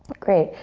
great,